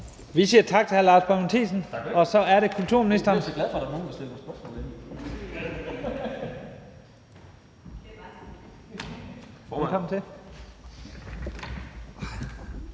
Vi siger tak til hr. Lars Boje Mathiesen, og så er det kulturministeren.